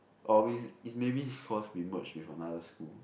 or it's it's maybe it's cause we merge with another school